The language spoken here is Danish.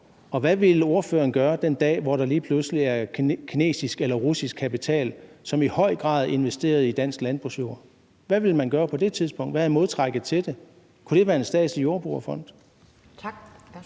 Og hvad vil ordføreren gøre den dag, hvor der lige pludselig er kinesisk eller russisk kapital, som i høj grad er investeret i dansk landbrugsjord? Hvad vil man gøre på det tidspunkt? Hvad er modtrækket til det? Kunne det være en statslig jordbrugerfond?